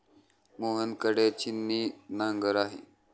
मोहन कडे छिन्नी नांगर आहे